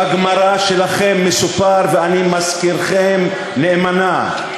בגמרא שלכם מסופר, ואני מזכירכם נאמנה: